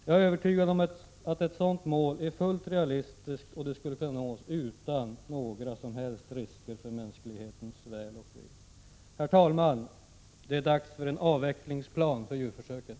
Jag är övertygad om att ett sådant mål är fullt realistiskt och att det skulle nås utan några som helst risker för mänsklighetens väl och ve. Herr talman! Det är dags för en avvecklingsplan för djurförsöken!